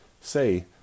say